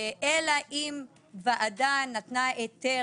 אלא אם ועדה נתנה היתר,